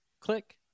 click